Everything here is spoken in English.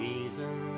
Reason